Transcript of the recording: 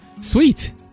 Sweet